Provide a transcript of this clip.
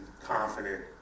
confident